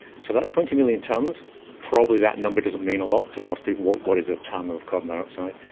so that twenty million tonnes, probably that number doesn't mean a lot to most people, what what is a tonne of carbon dioxide,